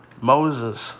Moses